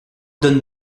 donne